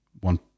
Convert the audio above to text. one